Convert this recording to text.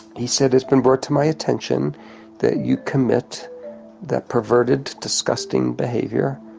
he said, it's been brought to my attention that you commit that perverted, disgusting behaviour